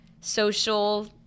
social